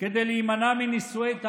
כדי להימנע מנישואי תערובת,